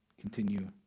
continue